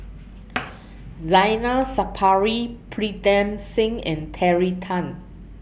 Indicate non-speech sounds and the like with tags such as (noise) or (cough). (noise) Zainal Sapari Pritam Singh and Terry Tan